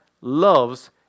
loves